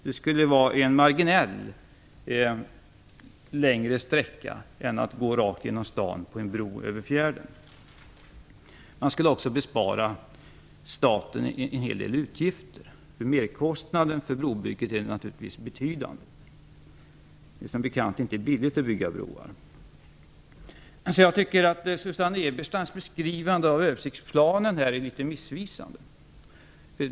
Det skulle bli en marginellt längre sträcka än att trafiken skall gå rakt genom stan på en bro över fjärden. Man skulle då också bespara staten en hel del utgifter. Merkostnaden för brobygget är naturligtvis betydande. Det är som bekant inte billigt att bygga broar. Jag tycker att Susannes Ebersteins beskrivning av översiktsplanen är litet missvisande.